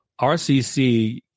rcc